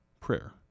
prayer